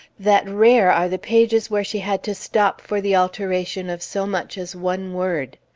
that rare are the pages where she had to stop for the alteration of so much as one word.